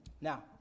Now